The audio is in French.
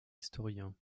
historiens